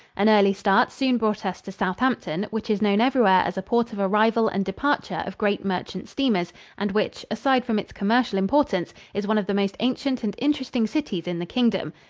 an early start soon brought us to southampton, which is known everywhere as a port of arrival and departure of great merchant steamers and which, aside from its commercial importance, is one of the most ancient and interesting cities in the kingdom.